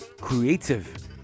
creative